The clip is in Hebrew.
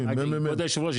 כבוד היושב ראש,